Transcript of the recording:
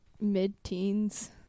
mid-teens